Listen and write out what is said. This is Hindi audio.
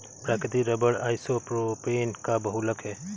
प्राकृतिक रबर आइसोप्रोपेन का बहुलक है